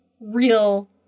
real